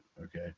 Okay